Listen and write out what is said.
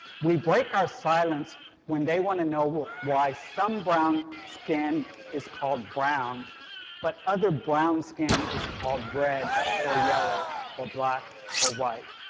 we break our silence when they want to know why some brown skin is called brown but other brown skin is called red or yellow or black or white.